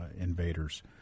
invaders